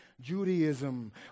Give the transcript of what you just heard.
Judaism